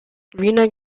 wiener